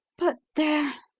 but there!